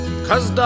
cause